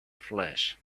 flesh